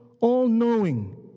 all-knowing